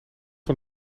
van